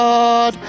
God